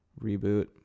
reboot